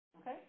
Okay